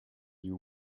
you